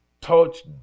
Touch